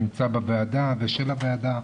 הוועדה ולוועדה.